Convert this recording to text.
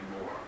more